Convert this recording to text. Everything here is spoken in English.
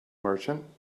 merchant